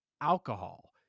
alcohol